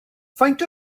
faint